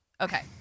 Okay